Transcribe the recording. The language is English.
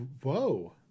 Whoa